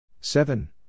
Seven